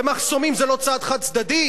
ומחסומים זה לא צעד חד-צדדי?